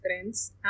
friends